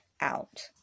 out